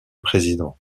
président